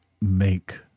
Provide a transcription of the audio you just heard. make